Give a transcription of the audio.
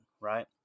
right